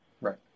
right